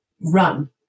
run